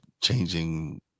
changing